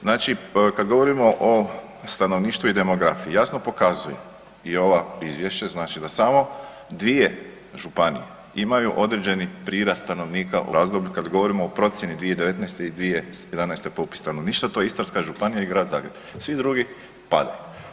Znači kada govorimo o stanovništvu i demografiji jasno pokazuje i ova izvješća da samo dvije županije imaju određeni prirast stanovnika u promatranom razdoblju, kad govorimo o procjeni 2019. i 2011. popis stanovništva, to je Istarska županija i Grad Zagreb, svi drugi padaju.